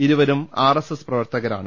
ഇരുവരും ആർഎസ്എസ് പ്രവർത്തകരാണ്